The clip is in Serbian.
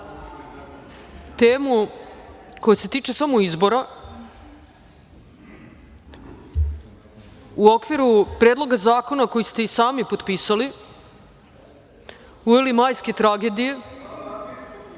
temu koja se tiče samo izbora u okviru Predloga zakona koji ste i sami potpisali, uveli majske tragedije